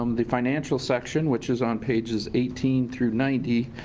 um the financial section, which is on pages eighteen through ninety,